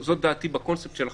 זאת דעתי בקונספט של החוק.